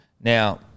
Now